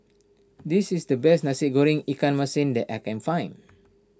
this is the best Nasi Goreng Ikan Masin that I can find